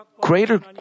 greater